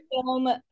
film